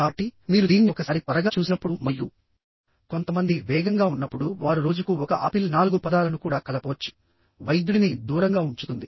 కాబట్టి మీరు దీన్ని ఒకసారి త్వరగా చూసినప్పుడు మరియు కొంతమంది వేగంగా ఉన్నప్పుడు వారు రోజుకు ఒక ఆపిల్ 4 పదాలను కూడా కలపవచ్చు వైద్యుడిని దూరంగా ఉంచుతుంది